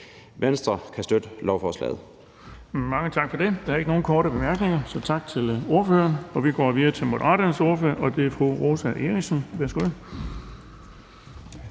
formand (Erling Bonnesen): Mange tak for det. Der er ikke nogen korte bemærkninger, så tak til ordføreren. Vi går videre til Moderaternes ordfører, og det er fru Rosa Eriksen. Værsgo.